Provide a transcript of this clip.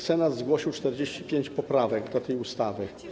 Senat zgłosił 45 poprawek do tej ustawy.